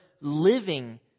living